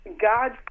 God